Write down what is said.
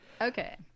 Okay